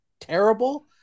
terrible